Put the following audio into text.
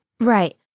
Right